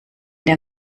der